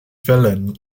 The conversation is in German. fällen